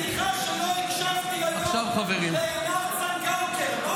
סליחה שלא הקשבתי היום לעינב צנגאוקר.